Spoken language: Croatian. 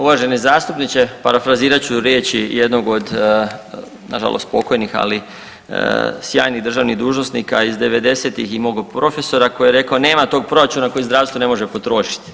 Uvaženi zastupniče, parafrazirat ću riječi jednog od nažalost pokojnih, ali sjajnih državnih dužnosnika iz devedesetih i mog profesora koji je rekao, nema tog proračuna koji zdravstvo ne može potrošiti.